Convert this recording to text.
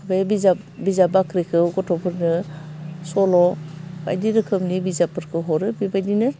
बे बिजाब बिजाब बाख्रिखौ गथ'फोरनो सल' बायदि रोखोमनि बिजाबफोरखौ हरो बेबायदिनो